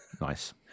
Nice